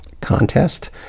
contest